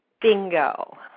Bingo